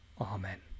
amen